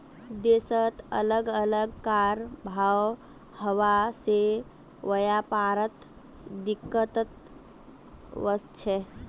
देशत अलग अलग कर भाव हवा से व्यापारत दिक्कत वस्छे